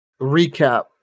recap